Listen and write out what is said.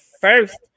first